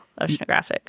Oceanographic